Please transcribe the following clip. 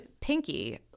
Pinky